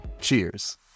Cheers